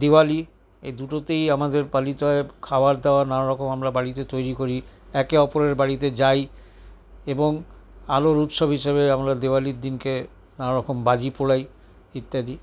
দিওয়ালি এই দুটোতেই আমাদের পালিত হয় খাওয়ারদাওয়ার নানারকম আমরা বাড়িতে তৈরি করি একে অপরের বাড়িতে যাই এবং আলোর উৎসব হিসেবে আমরা দেওয়ালির দিনকে নানারকম বাজি পোড়াই ইত্যাদি